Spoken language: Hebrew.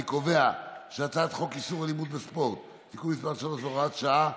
אני קובע שהצעת חוק איסור אלימות בספורט (תיקון מס' 3 והוראת שעה),